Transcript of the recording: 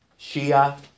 Shia